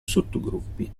sottogruppi